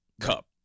cup